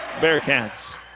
Bearcats